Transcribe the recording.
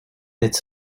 its